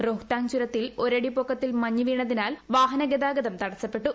റോതംഗ് ചുരത്തിൽ ഒരടി പൊക്കത്തിൽ മഞ്ഞ് വീണതിനാൽ വാഹന ഗതാഗതം തടസപ്പെട്ടു